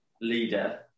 leader